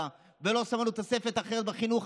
ולא שמענו על תוספת אחרת בחינוך.